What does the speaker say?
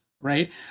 right